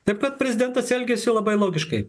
taip pat prezidentas elgiasi labai logiškai